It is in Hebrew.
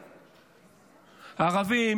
ערבים,